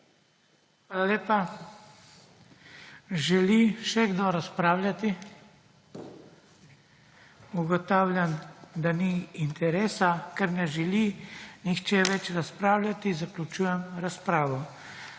Hvala lepa. Želi še kdo razpravljati? Ugotavljam, da ni interesa. Ker ne želi nihče več razpravljati zaključujem razpravo.